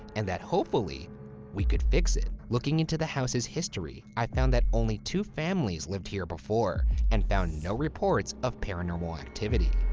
and that hopefully we could fix it. looking into the house's history, i found that only two families lived here before, and found no reports of paranormal activity,